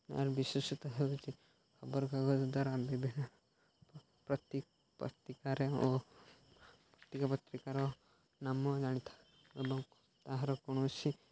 ଏହାର ବିଶେଷତ୍ଵ ହେଉଛି ଖବରକାଗଜ ଦ୍ୱାରା ବିଭିନ୍ନ ପତ୍ରିକାରେ ଓ ପତ୍ରିକାର ନାମ ଜାଣିଥାଉ ଏବଂ ତାହାର କୌଣସି